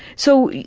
so,